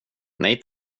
nej